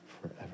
forever